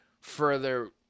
further